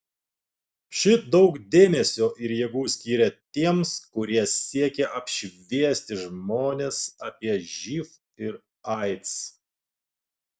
ši daug dėmesio ir jėgų skyrė tiems kurie siekia apšviesti žmones apie živ ir aids